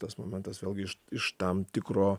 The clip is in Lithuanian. tas momentas vėlgi iš iš tam tikro